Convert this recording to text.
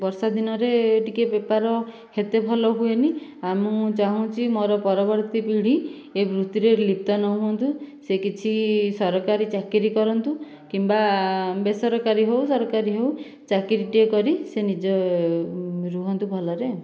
ବର୍ଷା ଦିନରେ ଟିକେ ବେପାର ହେତେ ଭଲ ହୁଏନି ଆଉ ମୁଁ ଚାହୁଁଛି ମୋର ପରବର୍ତ୍ତୀ ପିଢ଼ି ଏଇ ବୃତ୍ତିରେ ଲିପ୍ତ ନ ହୁଅନ୍ତୁ ସେ କିଛି ସରକାରୀ ଚାକିରୀ କରନ୍ତୁ କିମ୍ବା ବେସରକାରୀ ହେଉ ସରକାରୀ ହେଉ ଚାକିରୀଟିଏ କରି ସେଇ ନିଜେ ରୁହନ୍ତୁ ଭଲରେ